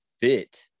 fit